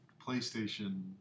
PlayStation